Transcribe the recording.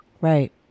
right